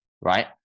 right